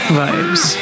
vibes